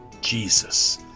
Jesus